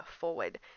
forward